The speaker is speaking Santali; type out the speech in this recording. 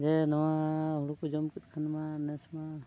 ᱡᱮᱻ ᱱᱚᱣᱟ ᱦᱳᱲᱳ ᱠᱚ ᱡᱚᱢ ᱠᱮᱫ ᱠᱷᱟᱱᱢᱟ ᱱᱮᱥᱢᱟ